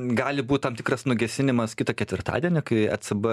gali būt tam tikras nugesinimas kitą ketvirtadienį kai ecb